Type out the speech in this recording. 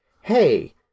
hey